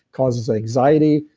causes anxiety.